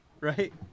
right